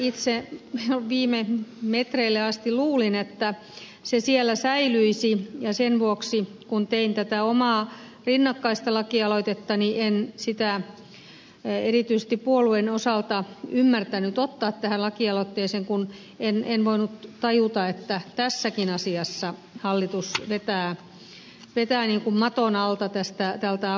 itse viime metreille asti luulin että se siellä säilyisi ja sen vuoksi kun tein tätä omaa rinnakkaista lakialoitettani en sitä erityisesti puolueen osalta ymmärtänyt ottaa tähän lakialoitteeseen kun en voinut tajuta että tässäkin asiassa hallitus vetää maton alta tältä avoimuudelta